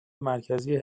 مرکزی